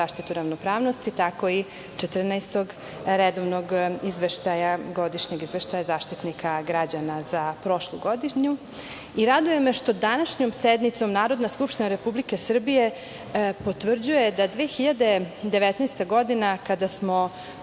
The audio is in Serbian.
zaštitu ravnopravnosti, tako i 14. Redovnog godišnjeg izveštaja Zaštitnika građana za prošlu godinu. Raduje me što današnjom sednicom Narodna skupština Republike Srbije potvrđuje da 2019. godina, kada smo